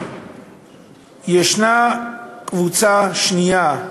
יש קבוצה שנייה,